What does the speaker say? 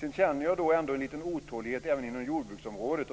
Jag känner ändå en liten otålighet även inom jordbruksområdet.